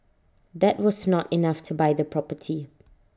that was not enough to buy the property